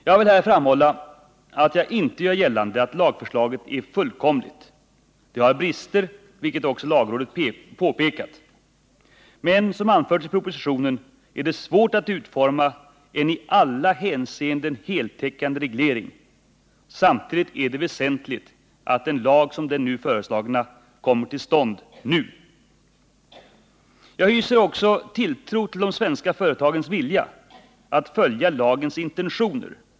Jag vill här framhålla, att jag inte gör gällande att lagförslaget är fullkomligt. Det har brister, vilket också lagrådet påpekat. Men som det har anförts i propositionen är det svårt att utforma en i alla hänseenden heltäckande reglering. Samtidigt är det väsentligt att en lag som den nu föreslagna kommer till stånd nu. Jag hyser också tilltro till de svenska företagens vilja att följa lagens intentioner.